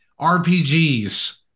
RPGs